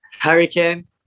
hurricane